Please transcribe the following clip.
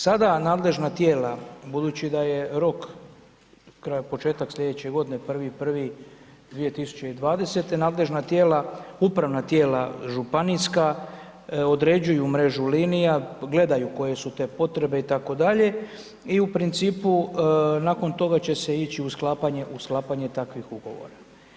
Sada nadležna tijela, budući da je rok, početak sljedeće godine, 1.1.2020. nadležna tijela uprava tijela, županijska, određuju mrežu linija, gledaju koje su te potrebe itd. i u principu nakon toga će se ići u sklapanje takvih ugovora.